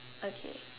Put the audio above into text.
okay